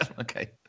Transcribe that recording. okay